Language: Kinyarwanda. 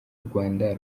rwanda